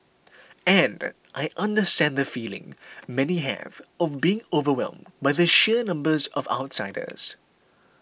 and I understand the feeling many have of being overwhelmed by the sheer numbers of outsiders